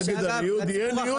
אני חושש על הציבור החרדי.